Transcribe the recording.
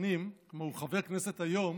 כלומר הוא חבר כנסת היום